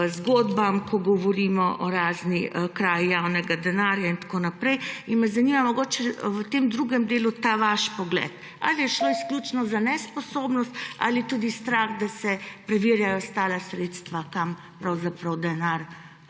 zgodbam, ko govorimo o razni kraji javnega denarja itn. V tem drugem delu me zanima vaš pogled: Ali je šlo izključno za nesposobnost ali je tudi strah, da se preverjajo ostala sredstva, kam pravzaprav denar